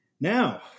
Now